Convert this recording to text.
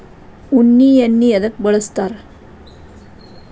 ಉಣ್ಣಿ ಎಣ್ಣಿ ಎದ್ಕ ಬಳಸ್ತಾರ್?